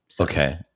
Okay